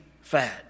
fad